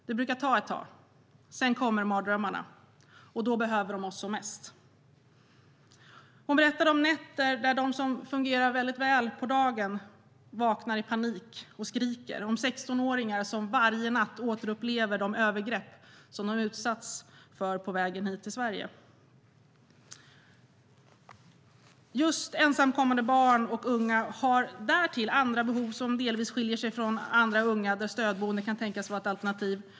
Det brukar ta ett tag - sedan kommer mardrömmarna. Då behöver de oss som mest. Hon berättade om nätter då de som fungerar väl på dagen vaknar i panik och skriker och om 16-åringar som varje natt återupplever de övergrepp de utsatts för på vägen hit till Sverige. Just ensamkommande barn och unga har därtill andra behov som delvis skiljer sig från andra ungas, där stödboende kan tänkas vara ett alternativ.